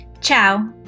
Ciao